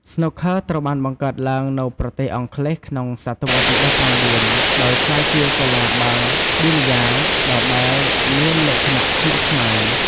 ស្នូកឃ័រ ត្រូវបានបង្កើតឡើងនៅប្រទេសអង់គ្លេសក្នុងសតវត្សទី ១៩ ដោយក្លាយជាកីឡាបាល់ប៊ីល្យាដដែលមានលក្ខណៈស្មុគស្មាញ។